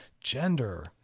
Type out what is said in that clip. gender